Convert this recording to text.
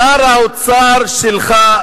שר האוצר שלך,